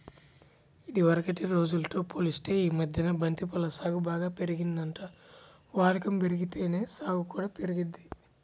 ఇదివరకటి రోజుల్తో పోలిత్తే యీ మద్దెన బంతి పూల సాగు బాగా పెరిగిందంట, వాడకం బెరిగితేనే సాగు కూడా పెరిగిద్ది